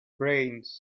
brains